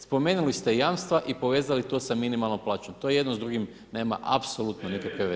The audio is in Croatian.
Spomenuli ste jamstva i povezali to sa minimalnom plaćom, to jedno s drugim nema apsolutno nikakve veze.